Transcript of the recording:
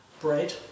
bread